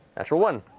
natural one.